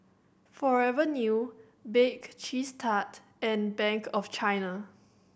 Forever New Bake Cheese Tart and Bank of China